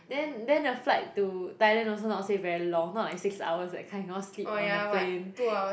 then then the flight to Thailand also not say very long not like six hours that kind cannot sleep on the plane